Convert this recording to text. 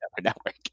Network